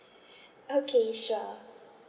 okay sure